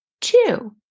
Two